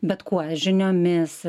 bet kuo žiniomis